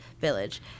village